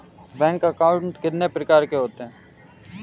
Bank account कितने प्रकार के होते हैं?